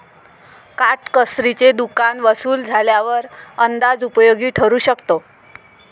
काटकसरीचे दुकान वसूल झाल्यावर अंदाज उपयोगी ठरू शकतो